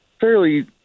fairly